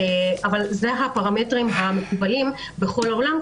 אבל אלה הפרמטרים המקובלים בכל העולם,